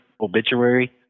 obituary